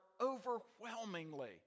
overwhelmingly